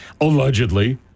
allegedly